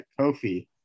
Kofi